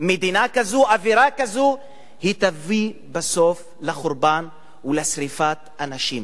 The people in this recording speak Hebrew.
אווירה כזאת תביא בסוף לחורבן ולשרפת אנשים.